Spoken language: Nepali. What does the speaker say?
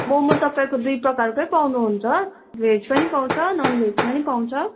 मोमो तपाईँहरूको दुई प्रकारकै पाउनुहुन्छ भेज पनि पाउँछ ननभेज पनि पाउँछ